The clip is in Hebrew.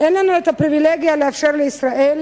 אין לנו הפריווילגיה לאפשר בישראל